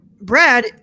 Brad